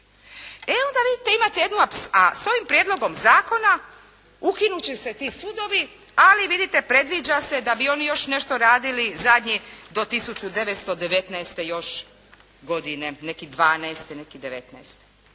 E onda vidite imate jednu, a s ovim prijedlogom zakona ukinut će se ti sudovi. Ali vidite predviđa se da bi oni još nešto radili zadnji do 1919. još godine, neki 12, neki 19.